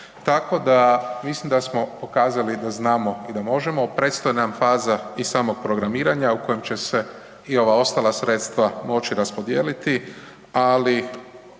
Tako da mislim da smo pokazali da znamo i da možemo, predstoji nam faza i samog programiranja u kojem će se i ova ostala sredstva moći raspodijeliti, ali